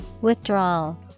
Withdrawal